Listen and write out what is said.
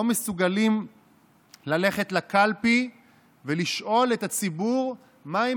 לא מסוגלים ללכת לקלפי ולשאול את הציבור מה הם